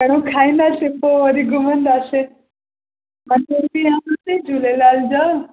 पहिरियों खाईंदासे पोइ वरी घुमंदासे मंदर बि आहे न उते झूलेलाल जा